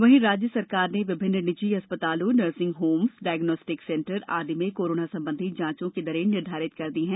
वहीँ राज्य सरकार ने विभिन्न निजी अस्पतालों नर्सिंग होम्स डायग्नोस्टिक सेंटर आदि में कोरोना संबंधी जॉचों की दरें निर्धारित कर दी हैं